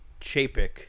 Chapik